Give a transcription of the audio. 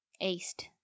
East